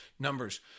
Numbers